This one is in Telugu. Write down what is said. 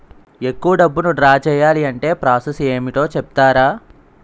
ఎక్కువ డబ్బును ద్రా చేయాలి అంటే ప్రాస సస్ ఏమిటో చెప్తారా?